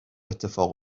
اتفاق